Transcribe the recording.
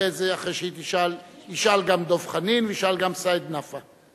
אחרי שהיא תשאל ישאל גם דב חנין וישאל גם סעיד נפאע.